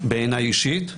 בעיניי אישית,